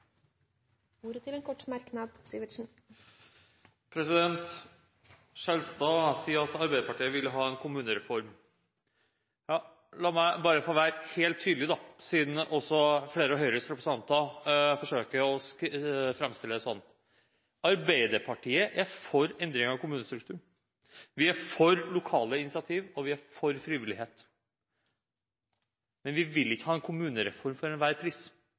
ordet to ganger tidligere og får ordet til en kort merknad, begrenset til 1 minutt. Representanten Skjelstad sier at Arbeiderpartiet vil ha en kommunereform. La meg da bare få være helt tydelig, siden også flere av Høyres representanter forsøker å framstille det sånn. Arbeiderpartiet er for endringer av kommunestrukturen, vi er for lokale initiativ, og vi er for frivillighet. Men vi vil ikke ha en kommunereform for enhver pris.